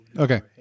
Okay